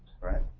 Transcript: right